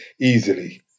easily